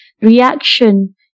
reaction